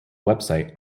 website